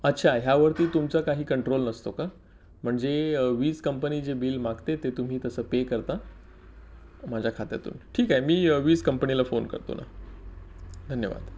अच्छा ह्यावरती तुमचा काही कंट्रोल नसतो का म्हणजे वीज कंपनी जे बिल मागते ते तुम्ही तसं पे करता माझ्या खात्यातून ठीके मी वीज कंपनीला फोन करतो ना धन्यवाद